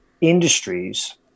industries